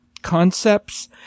Concepts